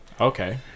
Okay